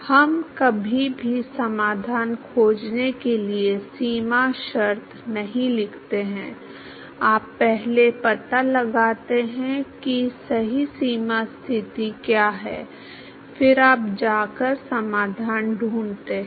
हम कभी भी समाधान खोजने के लिए सीमा शर्त नहीं लिखते हैं आप पहले पता लगाते हैं कि सही सीमा स्थिति क्या है फिर आप जाकर समाधान ढूंढते हैं